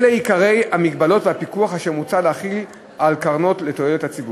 אלה עיקרי המגבלות והפיקוח אשר מוצע להחיל על קרנות לתועלת הציבור: